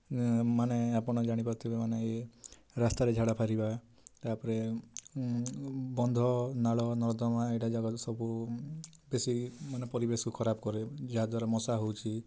ମାନେ ଆପଣ ଜାଣି ପାରୁଥିବେ ମାନେ ଇଏ ରାସ୍ତା ରେ ଝାଡ଼ା ଫେରିବା ତା'ପରେ ବନ୍ଧ ନାଳ ନର୍ଦମା ଏଇଟା ଜାଗା ତ ସବୁ ବେଶୀ ମାନେ ପରିବେଶ ଖରାପ କରେ ଯା ଦ୍ଵାରା ମଶା ହଉଛି